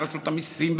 ורשות המיסים,